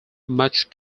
much